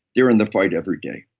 they're in the fight every day.